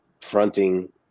fronting